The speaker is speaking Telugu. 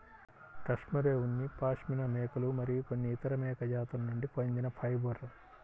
కష్మెరె ఉన్ని పాష్మినా మేకలు మరియు కొన్ని ఇతర మేక జాతుల నుండి పొందిన ఫైబర్